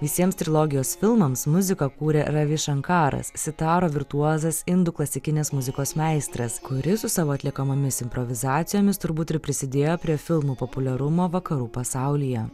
visiems trilogijos filmams muziką kūrė ravi šankaras sitaro virtuozas indų klasikinės muzikos meistras kuris su savo atliekamomis improvizacijomis turbūt ir prisidėjo prie filmo populiarumo vakarų pasaulyje